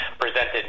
presented